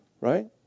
right